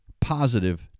positive